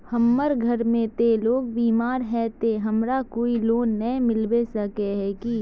हमर घर में ते लोग बीमार है ते हमरा कोई लोन नय मिलबे सके है की?